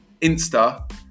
Insta